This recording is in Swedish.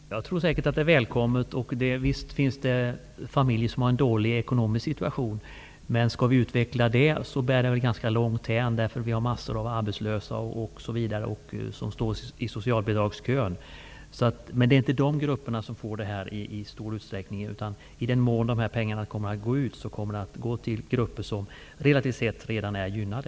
Herr talman! Jag tror säkert att det här bidraget är välkommet, och visst finns det familjer som har en dålig ekonomisk situation. Men skall vi utveckla den tankegången bär det ganska långt hän, eftersom vi har mängder av arbetslösa och andra som står i socialbidragskön. Det är emellertid inte de grupperna som i stor utsträckning får det här, utan i den mån de här pengarna kommer att gå ut kommer de att gå till grupper som relativt sett redan är gynnade.